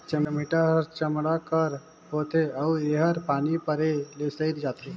चमेटा हर चमड़ा कर होथे अउ एहर पानी परे ले सइर जाथे